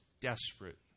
desperate